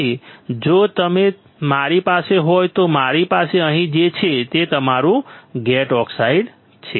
તેથી જો તમે મારી પાસે હોય તો અમારી પાસે અહીં છે જે અમારું ગેટ ઓક્સાઇડ છે